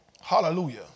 Hallelujah